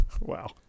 Wow